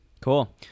Cool